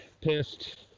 pissed